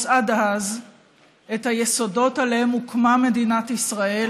עד אז את היסודות שעליהם הוקמה מדינת ישראל